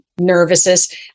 nervousness